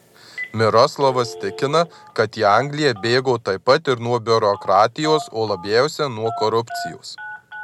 miroslavas tikina kad į angliją bėgo taip pat ir nuo biurokratijos o labiausiai nuo korupcijos